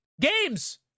Games